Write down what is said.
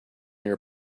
your